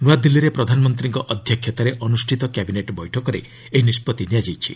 ନୂଆଦିଲ୍ଲୀରେ ପ୍ରଧାନମନ୍ତ୍ରୀଙ୍କ ଅଧ୍ୟକ୍ଷତାରେ ଅନୁଷ୍ଠିତ କ୍ୟାବିନେଟ୍ ବୈଠକରେ ଏହି ନିଷ୍ପତ୍ତି ନିଆଯାଇଛି